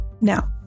Now